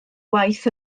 waith